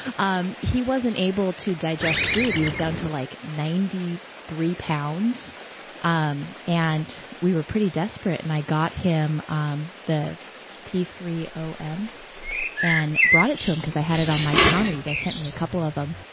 he wasn't able to digest food. he was down to like ninety three pounds um and we were pretty desperate, and i got him um the p three o m and brought it to him cause i had it on my counter, you guys sent me a couple of them,